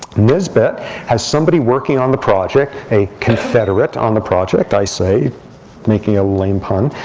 nesbett has somebody working on the project a confederate on the project, i say making a lame pun,